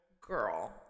girl